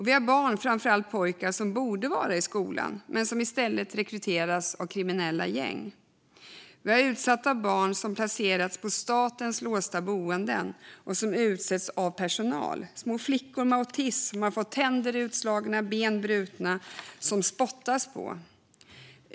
Vi har barn, framför allt pojkar, som borde vara i skolan men som i stället rekryterats av kriminella gäng. Vi har utsatta barn som placerats på statens låsta boenden och som utsätts av personal. Små flickor med autism har fått tänder utslagna och ben brutna och blivit spottade på.